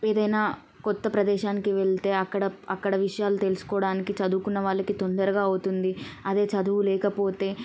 ఏదైనా కొత్త ప్రదేశానికి వెళ్తే అక్కడ అక్కడ విషయాలు తెలుసుకోవడానికి చదువుకున్న వాళ్ళకి తొందరగా అవుతుంది అదే చదువు లేకపోతే